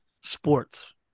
sports